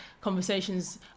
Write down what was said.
conversations